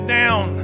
down